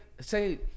Say